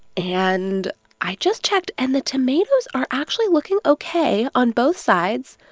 and i just checked. and the tomatoes are actually looking ok on both sides.